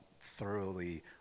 thoroughly